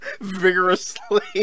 Vigorously